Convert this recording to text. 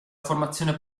formazione